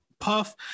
Puff